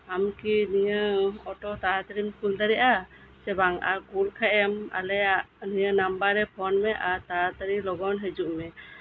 ᱟᱢᱠᱤ ᱱᱤᱭᱟᱹ ᱚᱴᱳ ᱛᱟᱲᱟ ᱛᱟᱹᱹᱲᱤᱢ ᱠᱳᱞ ᱫᱟᱲᱮᱭᱟᱜᱼᱟ ᱥᱮ ᱵᱟᱝ ᱟᱨ ᱠᱳᱞ ᱠᱷᱟᱱᱮᱢ ᱟᱞᱮᱭᱟᱜ ᱱᱤᱭᱟᱹ ᱱᱟᱢᱵᱟᱨ ᱨᱮ ᱯᱷᱳᱱ ᱢᱮ ᱟᱨ ᱛᱟᱲᱟᱛᱟᱹᱲᱤ ᱞᱚᱜᱚᱱ ᱦᱤᱡᱩᱜ ᱢᱮ